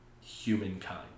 humankind